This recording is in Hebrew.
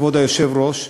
כבוד היושב-ראש,